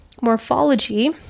morphology